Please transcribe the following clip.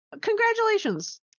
congratulations